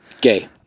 Gay